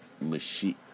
machine